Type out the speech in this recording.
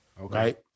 Okay